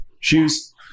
shoes